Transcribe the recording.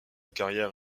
carrière